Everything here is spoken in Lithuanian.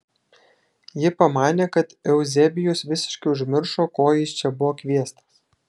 ji pamanė kad euzebijus visiškai užmiršo ko jis čia buvo kviestas